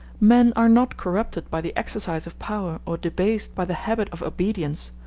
men are not corrupted by the exercise of power or debased by the habit of obedience,